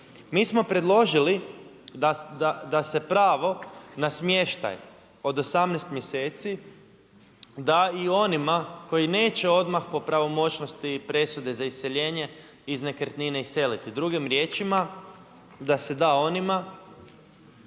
Mi smo predložili da se pravo na smještaj od 18 mjeseci da i onima koji neće odmah po pravomoćnosti presude za iseljenje iz nekretnine iseliti. Drugim, riječima da se da onima